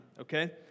okay